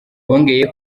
bongeye